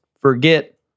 forget